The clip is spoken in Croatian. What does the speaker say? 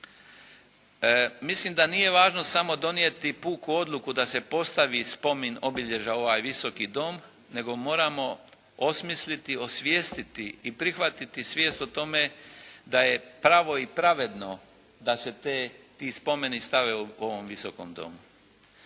Mislim da nije važno samo donijeti puku odluku da se postavi spomen obilježja u ovaj Visoki dom nego moramo osmisliti, osvijestiti i prihvatiti svijest o tome da je pravo i pravedno da se te, ti spomeni stave u ovom Visokom domu.